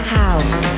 house